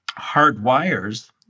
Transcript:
hardwires